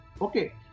Okay